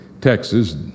Texas